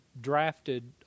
drafted